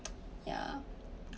yeah